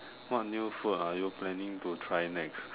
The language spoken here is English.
what new food are you planning to try next